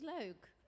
leuk